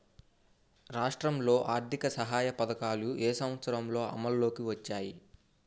రాష్ట్రంలో ఆర్థిక సహాయ పథకాలు ఏ సంవత్సరంలో అమల్లోకి వచ్చాయి?